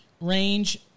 range